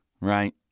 right